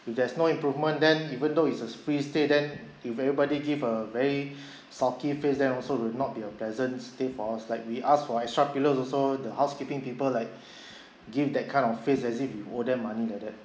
if there's no improvement then even though it's a free stay then if everybody give a very sulky face then also it will not be a pleasant stay for us like we ask for extra pillows also the housekeeping people like give that kind of face as if we owe them money like that